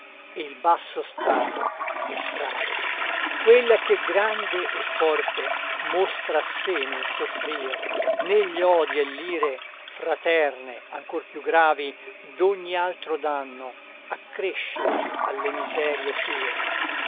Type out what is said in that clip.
il basso stato e frale quella che grande e forte mostra sé nel soffrir né gli odii e l'ire fraterne ancor più gravi d'ogni altro danno accresce alle miserie sue